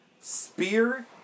Spear